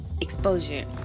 exposure